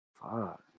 Fuck